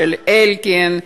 של אלקין,